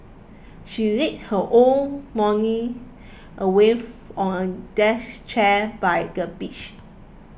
she lazed her whole morning away on a deck chair by the beach